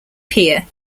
pier